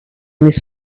this